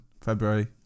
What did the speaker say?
February